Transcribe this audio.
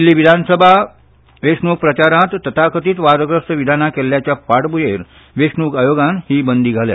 दिल्ली विधानसभा वेंचणूक प्रचारांत तथाकथीत वादग्रस्त विधानां केल्ल्याचे फाटभुंयेर वेंचणूक आयोगान ही बंदी घाल्या